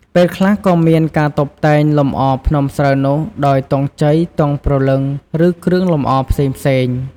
ពេលខ្លះក៏មានការតុបតែងលម្អភ្នំស្រូវនោះដោយទង់ជ័យ ទង់ព្រលឹង ឬគ្រឿងលម្អផ្សេងៗ។